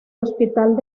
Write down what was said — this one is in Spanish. hospital